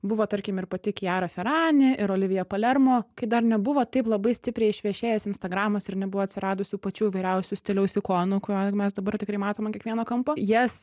buvo tarkim ir pati kiara ferani ir olivija palermo kai dar nebuvo taip labai stipriai išvešėjęs instagramas ir nebuvo atsiradusių pačių įvairiausių stiliaus ikonų kuo mes dabar tikrai matom ant kiekvieno kampo jas